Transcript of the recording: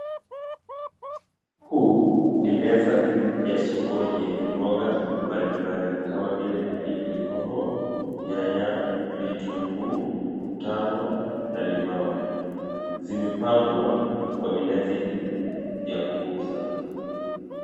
Hii ni meza ya sokoni yenye mboga mbalimbali kama vile pilipili hoho, nyanya, vitunguu yangu na limau zimepangwa kwa minihajili ya kuuza.